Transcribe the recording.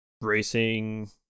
Racing